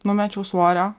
numečiau svorio